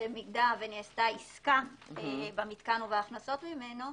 אם נעשתה עסקה במתקן ובהכנסות ממנו,